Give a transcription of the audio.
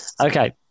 Okay